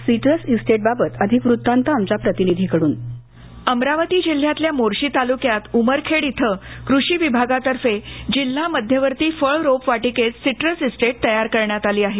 citrus estate बाबत अधिक वृत्तांत आमच्या प्रतिनिधीकडून अमरावती जिल्ह्यातल्या मोर्शी तालुक्यात उमरखेड इथं कृषी विभागातर्फे जिल्हा मध्यवर्ती फळ रोपवाटिकेत सीट्रस इस्टेट तयार करण्यात आली आहे